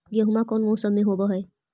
गेहूमा कौन मौसम में होब है?